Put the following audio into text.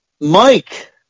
Mike